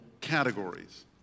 categories